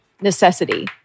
necessity